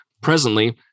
Presently